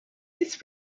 this